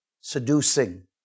seducing